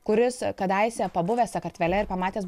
kuris kadaise pabuvęs sakartvele ir pamatęs